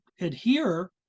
adhere